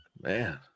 man